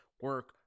Work